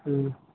ہوں